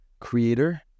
creator